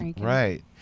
right